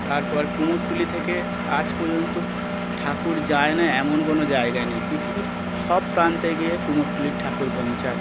তারপর কুমোরটুলি থেকে আজ পর্যন্ত ঠাকুর যায় না এমন কোনো জায়গা নেই পৃথিবীর সব প্রান্তে গিয়ে কুমোরটুলির ঠাকুর পৌঁছায়